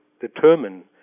determine